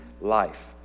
life